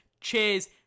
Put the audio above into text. Cheers